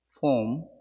form